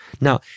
Now